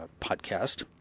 podcast